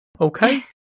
Okay